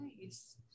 nice